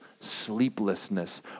sleeplessness